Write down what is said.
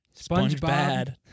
Spongebob